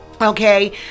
Okay